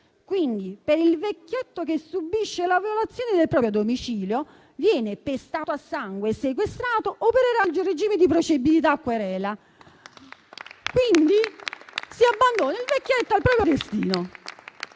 Per il vecchietto che subisce la violazione del proprio domicilio, che viene pestato a sangue e sequestrato, opererà il regime di procedibilità a querela. Quindi, si abbandona il vecchietto al proprio destino.